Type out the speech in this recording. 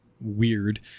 weird